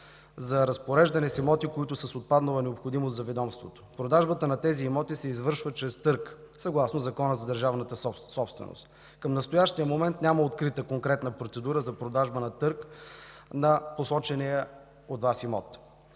за разпореждане с имоти, които са с отпаднала необходимост за ведомството. Продажбата на тези имоти се извършва чрез търг съгласно Закона за държавна собственост. До настоящия момент няма открита конкретна процедура за продажба на търг на посочения от Вас имот.